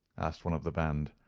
asked one of the band.